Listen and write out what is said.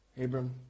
Abram